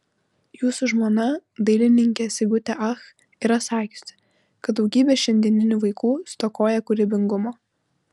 jūsų žmona dailininkė sigutė ach yra sakiusi kad daugybė šiandieninių vaikų stokoja kūrybingumo